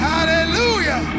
Hallelujah